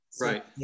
Right